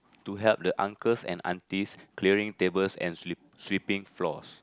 to help the uncles and aunties clearing table and sweeping floor